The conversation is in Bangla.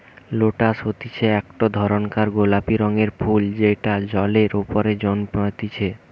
লোটাস হতিছে একটো ধরণকার গোলাপি রঙের ফুল যেটা জলের ওপরে জন্মতিচ্ছে